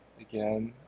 again